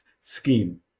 scheme